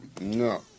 no